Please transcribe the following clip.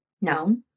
No